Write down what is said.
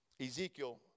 Ezekiel